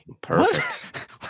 perfect